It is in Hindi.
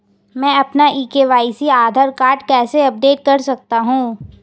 मैं अपना ई के.वाई.सी आधार कार्ड कैसे अपडेट कर सकता हूँ?